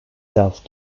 self